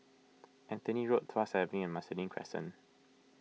Anthony Road Tuas Avenue and Marsiling Crescent